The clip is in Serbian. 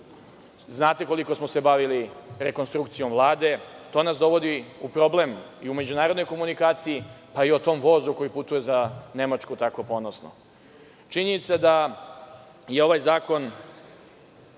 Znate koliko smo se bavili rekonstrukcijom Vlade. To nas dovodi u problem i u međunarodnoj komunikaciji, pa i o tom vozu koji putuje za Nemačku tako ponosno. Činjenica je da je ovaj zakon